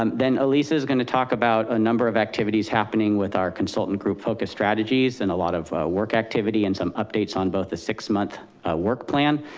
um then elissa is going to talk about a number of activities happening with our consultant group focus strategies and a lot of work activity, and some updates on both the six month work plan,